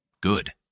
good